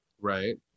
Right